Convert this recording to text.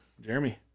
Jeremy